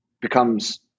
becomes